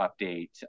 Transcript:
update